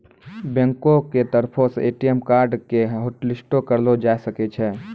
बैंको के तरफो से ए.टी.एम कार्डो के हाटलिस्टो करलो जाय सकै छै